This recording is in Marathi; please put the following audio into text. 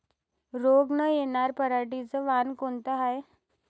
रोग न येनार पराटीचं वान कोनतं हाये?